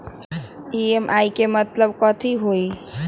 EMI के मतलब कथी होई?